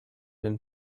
and